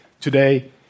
Today